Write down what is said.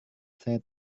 saya